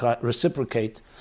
reciprocate